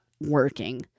working